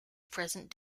present